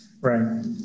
Right